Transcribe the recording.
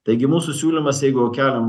taigi mūsų siūlymas jeigu jau keliam